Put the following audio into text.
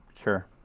Sure